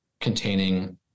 containing